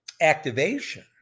activation